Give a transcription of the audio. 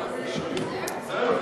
התשע"ו 2016,